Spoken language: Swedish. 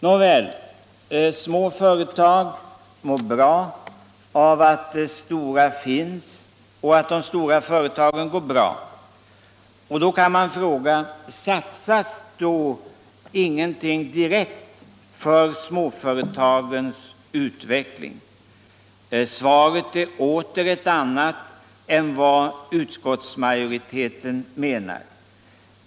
Nåväl, små företag mår bra av att de stora finns och av att de stora företagen går bra. Då kan man fråga: Satsas inget direkt för småföretagens utveckling? Svaret är åter ett annat än vad utskottsmajoriteten menar.